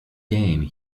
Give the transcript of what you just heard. game